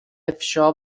افشا